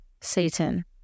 Satan